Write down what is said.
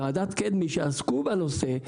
ועדת קדמי שעסקו בנושא.